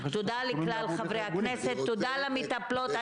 תודה לכל חברי הכנסת ותודה למטפלות.